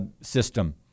system